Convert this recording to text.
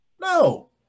No